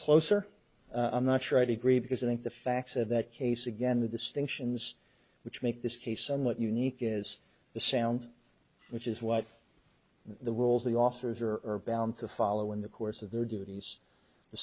closer i'm not sure i'd agree because i think the facts of that case again the distinctions which make this case somewhat unique is the sound which is what the walls the officers are or balam to follow in the course of their duties the